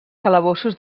calabossos